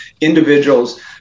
individuals